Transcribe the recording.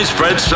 Spread